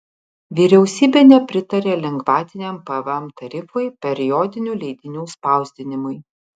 vyriausybė nepritarė lengvatiniam pvm tarifui periodinių leidinių spausdinimui